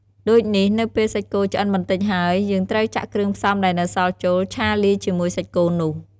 ដូចនេះនៅពេលសាច់គោឆ្អិនបន្តិចហើយ យើងត្រូវចាក់គ្រឿងផ្សំដែលនៅសល់ចូល ឆាលាយជាមួយសាច់គោនោះ។